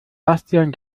bastian